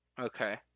Okay